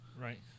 Right